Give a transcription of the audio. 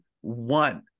one